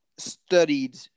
Studied